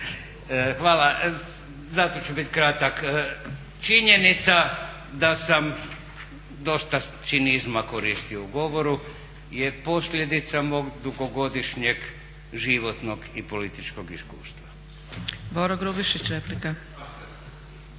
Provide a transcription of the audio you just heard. Hvala. Zato ću bit kratak. Činjenica da sam dosta cinizma koristio u govoru je posljedica mog dugogodišnjeg životnog i političkog iskustva.